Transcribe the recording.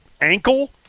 ankle